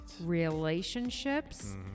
relationships